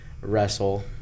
wrestle